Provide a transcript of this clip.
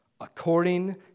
According